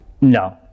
no